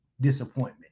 disappointment